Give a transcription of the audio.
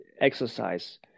exercise